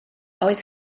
oedd